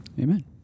Amen